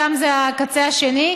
שם זה הקצה השני,